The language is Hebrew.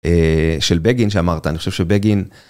של בגין שאמרת אני חושב שבגין...